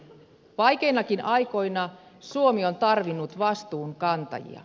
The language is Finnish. vaikeinakin aikoina suomi on tarvinnut vastuunkantajia